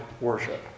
worship